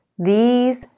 these,